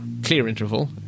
clearInterval